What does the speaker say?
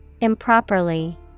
Improperly